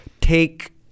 take